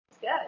good